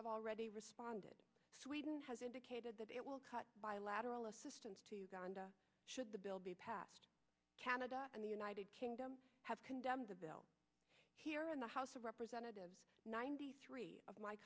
have already responded sweden has indicated that it will cut bilateral assistance gonda should the bill be passed canada and the united kingdom have condemned the bill here in the house of representatives ninety three of my